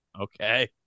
Okay